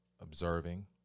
observing